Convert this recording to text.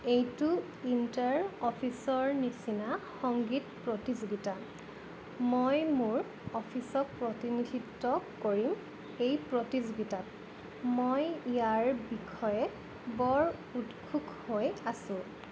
এইটো ইণ্টাৰ অফিচৰ নিচিনা সংগীত প্ৰতিযোগিতা মই মোৰ অফিচক প্ৰতিনিধিত্ব কৰিম এই প্ৰতিযোগিতাত মই ইয়াৰ বিষয়ে বৰ উৎসুক হৈ আছোঁ